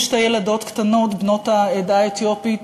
שתי ילדות קטנות בנות העדה האתיופית,